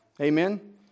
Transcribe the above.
Amen